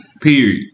period